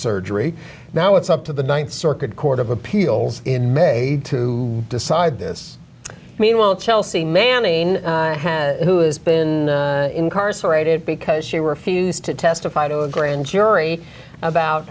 surgery now it's up to the ninth circuit court of appeals in may to decide this meanwhile chelsea manning has who has been incarcerated because she refused to testify to a grand jury about